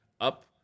up